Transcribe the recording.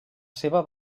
seva